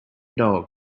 dog